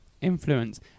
Influence